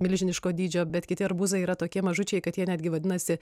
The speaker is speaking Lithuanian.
milžiniško dydžio bet kiti arbūzai yra tokie mažučiai kad jie netgi vadinasi